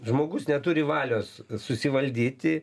žmogus neturi valios susivaldyti